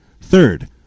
Third